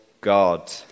God